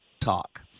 talk